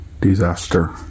disaster